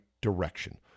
direction